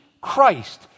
Christ